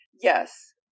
Yes